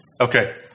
Okay